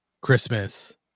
Christmas